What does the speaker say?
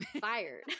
fired